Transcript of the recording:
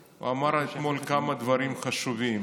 והוא אמר אתמול כמה דברים חשובים.